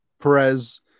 Perez